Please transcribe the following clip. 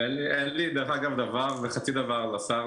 אין לי דבר וחצי דבר לשר.